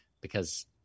because-